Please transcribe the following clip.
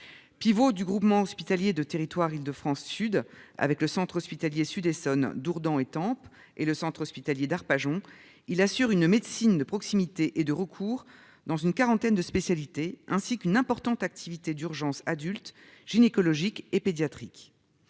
Pivot du groupement hospitalier de territoire Île-de-France sud avec le Centre hospitalier Sud Essonne Dourdan Etampes et le centre hospitalier d'Arpajon il assure une médecine de proximité et de recours dans une quarantaine de spécialité ainsi qu'une importante activité d'urgences adultes gynécologique et pédiatrique.